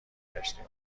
گشتیم